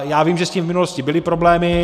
Já vím, že s tím v minulosti byly problémy.